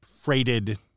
freighted